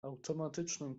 automatycznym